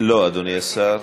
לסדר-היום מס'